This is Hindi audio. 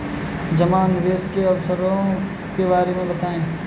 जमा और निवेश के अवसरों के बारे में बताएँ?